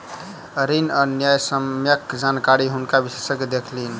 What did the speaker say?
ऋण आ न्यायसम्यक जानकारी हुनका विशेषज्ञ देलखिन